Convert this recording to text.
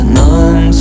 none